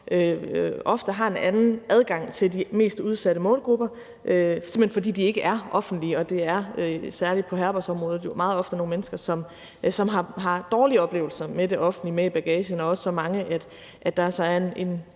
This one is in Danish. ofte har en anden adgang til de mest udsatte målgrupper, fordi de ikke er offentlige, og det er særlig på herbergsområdet meget ofte nogle mennesker, som har dårlige oplevelser med det offentlige med i bagagen, også så mange, at der er en